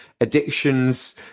addictions